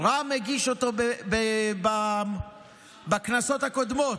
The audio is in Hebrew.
רם הגיש אותו בכנסות הקודמות,